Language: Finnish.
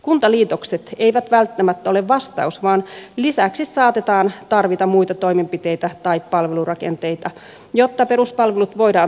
kuntaliitokset eivät välttämättä ole vastaus vaan lisäksi saatetaan tarvita muita toimenpiteitä tai palvelurakenteita jotta peruspalvelut voidaan turvata